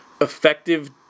effective